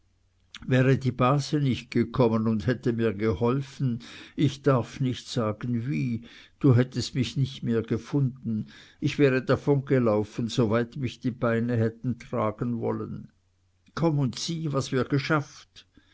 wäre die base nicht gekommen und hätte mir geholfen ich darf nicht sagen wie du hättest mich nicht mehr gefunden ich wäre davongelaufen so weit mich die beine hätten tragen wollen komm und sieh was wir geschafft